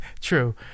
True